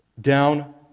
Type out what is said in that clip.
down